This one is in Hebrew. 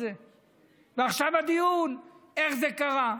ועכשיו הדיון: איך זה קרה?